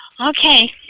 okay